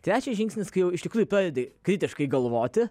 trečias žingsnis kai jau iš tikrųjų pradedi kritiškai galvoti